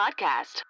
Podcast